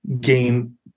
gain